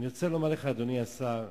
אדוני השר,